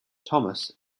thomas